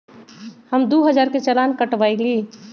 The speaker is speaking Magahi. हम दु हजार के चालान कटवयली